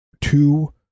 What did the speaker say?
two